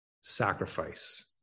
sacrifice